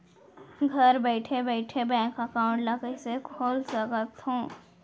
घर बइठे बइठे बैंक एकाउंट ल कइसे खोल सकथे?